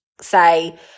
say